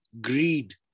Greed